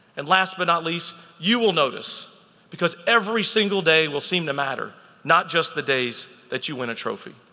and last but not least you will notice because every single day will seem to matter, not just the days that you win a trophy.